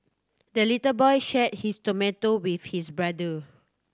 the little boy shared his tomato with his brother